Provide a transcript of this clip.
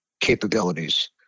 capabilities